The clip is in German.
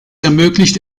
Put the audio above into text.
ermöglicht